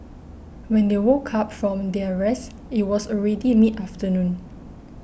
when they woke up from their rest it was already mid afternoon